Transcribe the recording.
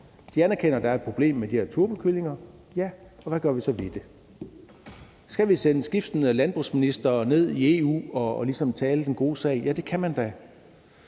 De anerkender, at der er et problem med de her turbokyllinger – ja, og hvad gør vi så ved det? Skal vi sende skiftende landbrugsministre ned til EU og ligesom tale for den gode sag? Ja, det kan man da